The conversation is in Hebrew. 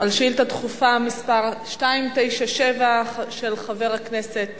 על שאילתא דחופה מס' 297 של חבר הכנסת